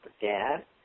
dad